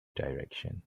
direction